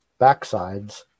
backsides